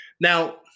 Now